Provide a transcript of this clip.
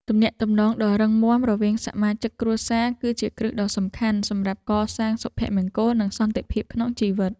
ទំនាក់ទំនងដ៏រឹងមាំរវាងសមាជិកគ្រួសារ គឺជាគ្រឹះដ៏សំខាន់សម្រាប់កសាងសុភមង្គល និងសន្តិភាពក្នុងជីវិត។